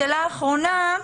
שאלה אחרונה.